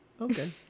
Okay